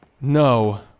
No